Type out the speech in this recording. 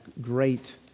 great